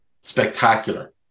spectacular